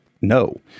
no